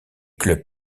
clubs